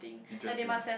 interesting